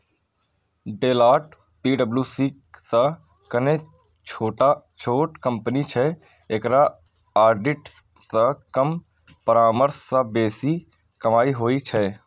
Deloitte पी.डब्ल्यू.सी सं कने छोट कंपनी छै, एकरा ऑडिट सं कम परामर्श सं बेसी कमाइ होइ छै